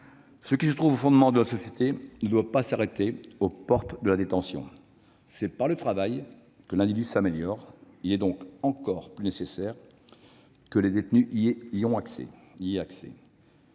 Ce qui se trouve au fondement de notre société ne doit pas s'arrêter aux portes de la détention. C'est par le travail que l'individu s'améliore : il est donc encore plus nécessaire que les détenus y aient accès.